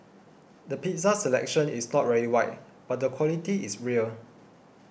the pizza selection is not very wide but the quality is real